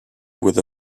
with